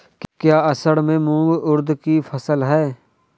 क्या असड़ में मूंग उर्द कि फसल है?